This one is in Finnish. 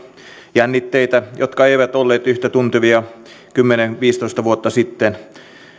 jännitteitä jotka eivät olleet yhtä tuntuvia kymmenen viiva viisitoista vuotta sitten